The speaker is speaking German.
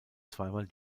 zweimal